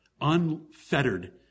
unfettered